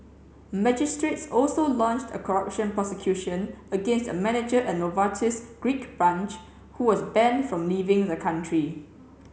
magistrates also launched a corruption prosecution against a manager at Novartis's Greek branch who was banned from leaving the country